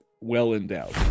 well-endowed